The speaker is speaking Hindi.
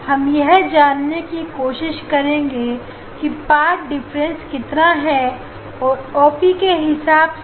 हम यह जानने की कोशिश करेंगे की पाठ डिफरेंस कितना है ओपी के हिसाब से